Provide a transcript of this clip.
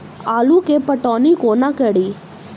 आलु केँ पटौनी कोना कड़ी?